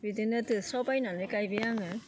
बिदिनो दोस्राव बायनानै गायबाय आंङो